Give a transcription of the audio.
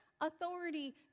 authority